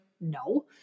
No